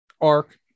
arc